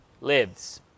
Lives